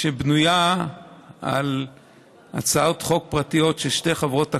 שבנויה על הצעות חוק פרטיות של שתי חברות כנסת,